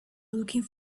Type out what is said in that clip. looking